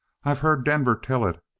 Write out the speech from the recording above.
i've heard denver tell it.